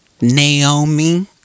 Naomi